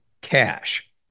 cash